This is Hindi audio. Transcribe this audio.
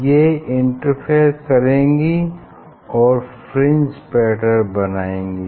ये इंटरफेयर करेंगी और फ्रिंज बनाएंगी